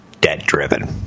debt-driven